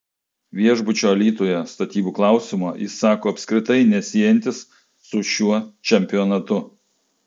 viešbučio alytuje statybų klausimo jis sako apskritai nesiejantis su šiuo čempionatu